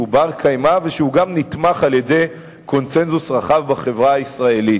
שהוא בר-קיימא ושהוא גם נתמך על-ידי קונסנזוס רחב בחברה הישראלית.